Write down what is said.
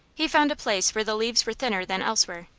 he found a place where the leaves were thinner than elsewhere,